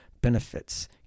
benefits